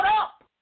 up